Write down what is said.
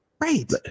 Right